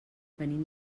venim